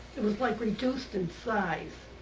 it was like reduced in size,